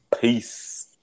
Peace